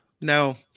No